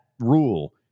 rule